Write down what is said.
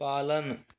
पालन